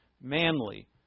manly